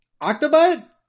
Octobot